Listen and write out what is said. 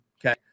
Okay